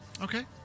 Okay